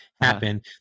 happen